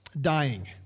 dying